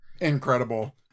incredible